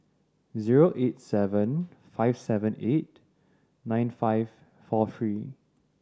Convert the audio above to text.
zero eight seven five seven eight nine five four three